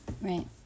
right